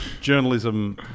journalism